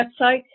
website